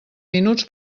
minuts